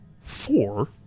four